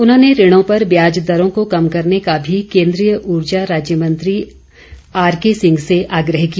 उन्होंने ऋणों पर ब्याज दरों को कम करने का भी केन्द्रीय ऊर्जा राज्य मंत्री आरकेसिंह से आग्रह किया